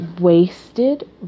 wasted